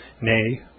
nay